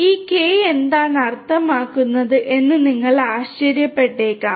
ഈ K എന്താണ് അർത്ഥമാക്കുന്നത് എന്ന് നിങ്ങൾ ആശ്ചര്യപ്പെട്ടേക്കാം